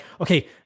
okay